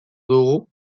dugu